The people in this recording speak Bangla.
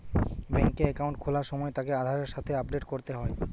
বেংকে একাউন্ট খোলার সময় তাকে আধারের সাথে আপডেট করতে হয়